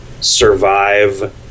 survive